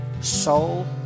Soul